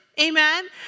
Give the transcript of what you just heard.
amen